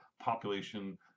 population